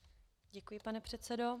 Děkuji, pane předsedo.